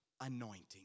anointing